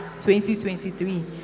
2023